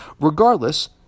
Regardless